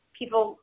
people –